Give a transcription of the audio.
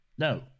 No